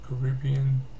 Caribbean